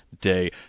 day